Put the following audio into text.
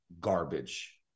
garbage